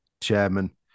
chairman